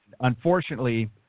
unfortunately